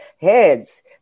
heads